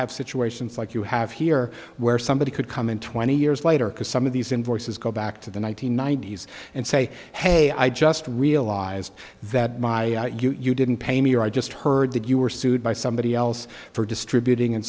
have situations like you have here where somebody could come in twenty years later because some of these invoices go back to the one nine hundred ninety s and say hey i just realized that my you didn't pay me or i just heard that you were sued by somebody else for distributing and